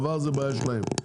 העבר זאת בעיה שלהם,